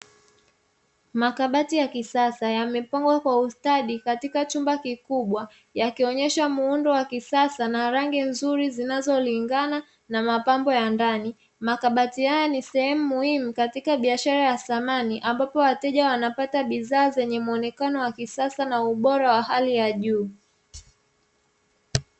Makabati ya kisasa yamepangwa kwa ustadi katika chumba kikubwa, yakionyesha muundo wa kisasa na rangi nzuri zinazolingana na mapambo ya ndani, makabati haya ni sehemu muhimu katika biashara ya samani ambapo wateja wanapata bidhaa zenye muonekano wa kisasa na ubora wa hali ya juu.